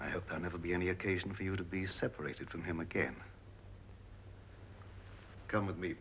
i hope to never be any occasion for you to be separated from him again come with me